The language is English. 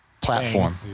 platform